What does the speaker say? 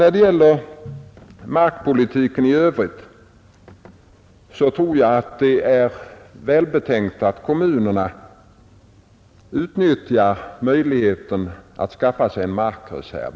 När det gäller markpolitiken i övrigt tror jag att det är välbetänkt att kommunerna utnyttjar möjligheten att skaffa sig en markreserv.